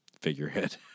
figurehead